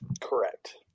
Correct